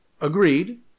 Agreed